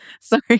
Sorry